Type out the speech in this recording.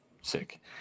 Sick